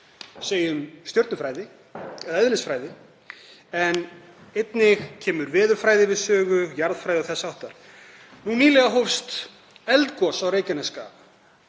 segjum stjörnufræði og eðlisfræði, en einnig kemur veðurfræði við sögu, jarðfræði og þess háttar. Nýlega hófst eldgos á Reykjanesskaga.